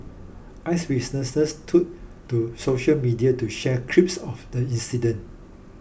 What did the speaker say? eyewitnesses took to social media to share clips of the incident